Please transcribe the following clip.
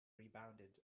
rebounded